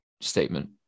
statement